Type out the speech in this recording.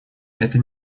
это